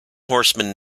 horseman